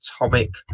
atomic